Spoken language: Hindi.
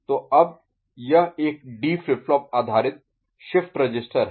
तो अब यह एक डी फ्लिप फ्लॉप आधारित शिफ्ट रजिस्टर है